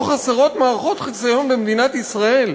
לא חסרות מערכות חיסיון במדינת ישראל.